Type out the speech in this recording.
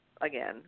again